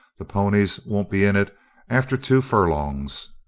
the ponies won't be in it after two furlongs.